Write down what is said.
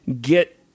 get